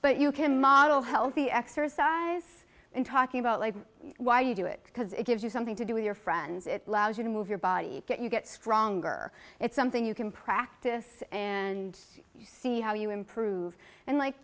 but you can model healthy exercise in talking about why you do it because it gives you something to do with your friends it allows you to move your body get you get stronger it's something you can practice and see how you improve and like